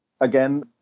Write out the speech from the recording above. again